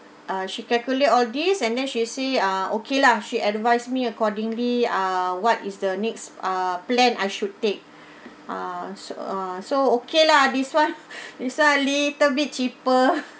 uh she calculate all these and then she see ah okay lah she advised me accordingly ah what is the next uh plan I should take uh so uh so okay lah this one this one little bit cheaper